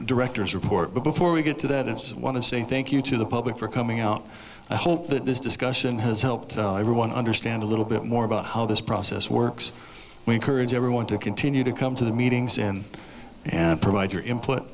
director's report but before we get to that it is want to say thank you to the public for coming out i hope that this discussion has helped everyone understand a little bit more about how this process works we encourage everyone to continue to come to the meetings and and provide your input